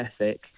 ethic